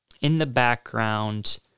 in-the-background